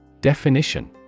Definition